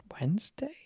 Wednesday